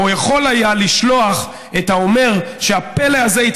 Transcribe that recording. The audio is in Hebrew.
הוא יכול היה לשלוח את האומר שהפלא הזה בשם